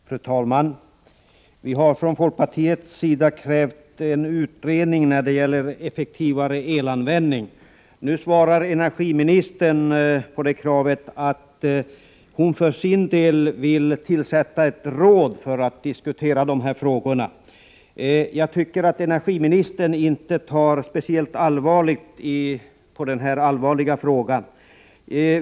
Herr talman! Vi har från folkpartiets sida krävt en utredning när det gäller effektivare elanvändning. Nu svarar energiministern på det kravet att hon för sin del vill tillsätta ett råd för att diskutera de här frågorna. Jag tycker att energiministern inte tar speciellt allvarligt på den här allvarliga frågan.